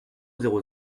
zéro